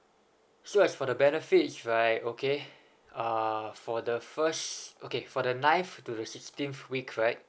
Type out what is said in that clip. so as for the benefit right okay uh for the first okay for the ninth to the sixteenth week right